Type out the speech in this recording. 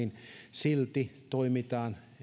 silti toimitaan